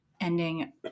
ending